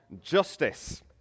justice